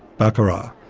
baccarat.